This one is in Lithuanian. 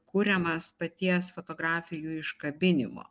kuriamas paties fotografijų iškabinimo